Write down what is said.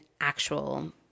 actual